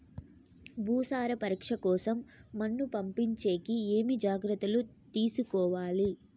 భూసార పరీక్ష కోసం మన్ను పంపించేకి ఏమి జాగ్రత్తలు తీసుకోవాలి?